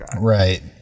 Right